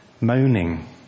moaning